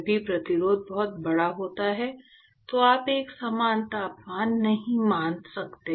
जब भी प्रतिरोध बहुत बड़ा होता है तो आप एक समान तापमान नहीं मान सकते